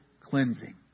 cleansing